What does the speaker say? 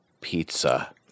pizza